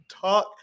Talk